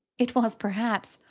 it was, perhaps,